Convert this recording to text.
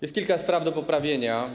Jest kilka spraw do poprawienia.